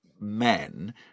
men